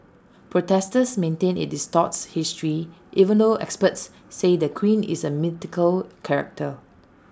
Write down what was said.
protesters maintain IT distorts history even though experts say the queen is A mythical character